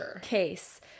case